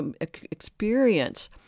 experience